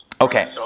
Okay